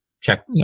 check